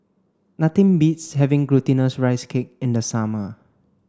nothing beats having glutinous rice cake in the summer